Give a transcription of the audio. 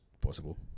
possible